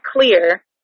clear